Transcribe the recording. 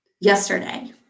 yesterday